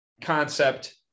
concept